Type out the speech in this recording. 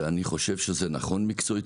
ואני חושב שזה נכון מקצועית,